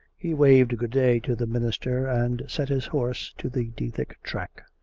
he waved good-day to the minister and set his horse to the dethick track.